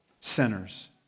sinners